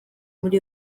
muri